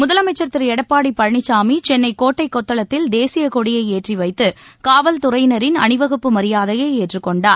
முதலமைச்சர் திரு எடப்பாடி பழனிசாமி சென்னை கோட்டை னெத்தளத்தில் தேசிய கொடியை ஏற்றிவைத்து காவல்துறையினரின் அணிவகுப்பு மரியாதையை ஏற்றுக்கொண்டார்